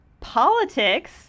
politics